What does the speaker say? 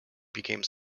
became